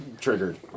triggered